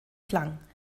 klang